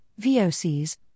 VOCs